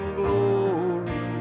glory